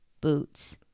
boots